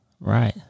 right